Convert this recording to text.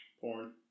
Porn